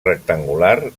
rectangular